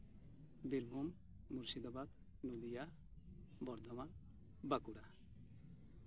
Birbhum Murshidabad Nadia Bardhaman Bankura